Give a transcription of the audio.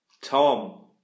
Tom